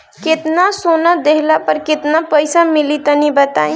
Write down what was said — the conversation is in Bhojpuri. केतना सोना देहला पर केतना पईसा मिली तनि बताई?